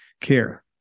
care